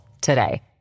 today